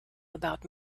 about